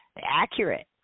accurate